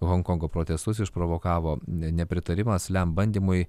honkongo protestus išprovokavo nepritarimas lem bandymui